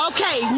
Okay